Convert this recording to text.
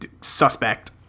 Suspect